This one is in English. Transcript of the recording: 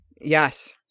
yes